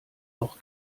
noch